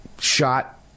shot